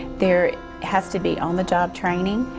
there has to be on the job training,